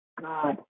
God